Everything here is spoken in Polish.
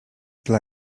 dla